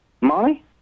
money